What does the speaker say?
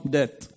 death